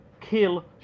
kill